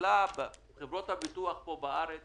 חברות הביטוח בארץ